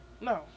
No